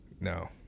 No